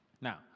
now